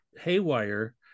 haywire